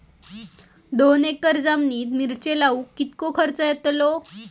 दोन एकर जमिनीत मिरचे लाऊक कितको खर्च यातलो?